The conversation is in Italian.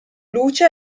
luce